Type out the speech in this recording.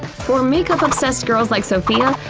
for makeup-obsessed girls like sophia,